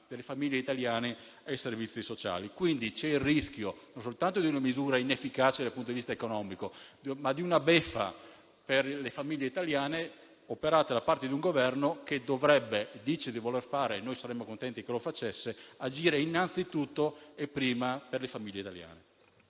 delle famiglie italiane ai servizi sociali. Quindi, si corre il rischio di avere non soltanto una misura inefficace dal punto di vista economico, ma anche una beffa per le famiglie italiane, operata da parte di un Governo che dice - e noi saremmo contenti se lo facesse - di voler agire innanzitutto e prima per le famiglie italiane.